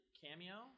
cameo